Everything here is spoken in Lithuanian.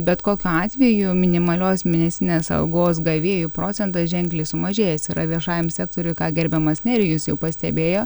bet kokiu atveju minimalios mėnesinės algos gavėjų procentas ženkliai sumažėjęs yra viešajam sektoriui ką gerbiamas nerijus jau pastebėjo